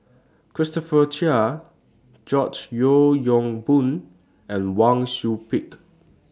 Christopher Chia George Yeo Yong Boon and Wang Sui Pick